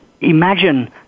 imagine